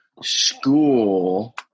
school